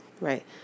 Right